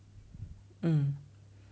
mm